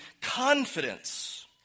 confidence